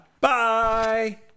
Bye